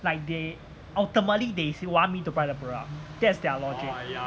like they ultimately they still want me to buy the product that's their logic